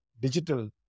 digital